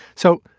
so.